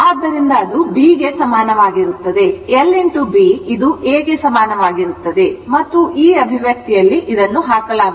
ಆದ್ದರಿಂದ ಅದು B ಗೆ ಸಮಾನವಾಗಿರುತ್ತದೆ lb A ಗೆ ಸಮಾನವಾಗಿರುತ್ತದೆ ಮತ್ತು ಈ ಅಭಿವ್ಯಕ್ತಿಯಲ್ಲಿ ಹಾಕಲಾಗುತ್ತದೆ